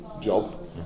job